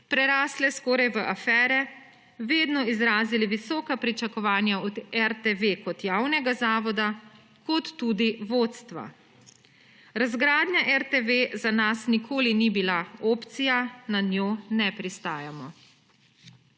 prerasle skoraj v afere, vedno izrazili visoka pričakovanja od RTV kot javnega zavoda kot tudi vodstva. Razgradnja RTV za nas nikoli ni bila opcija, na njo ne pristajamo.